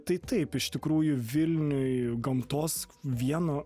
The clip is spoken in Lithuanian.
tai taip iš tikrųjų vilniuj gamtos vienu